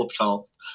podcast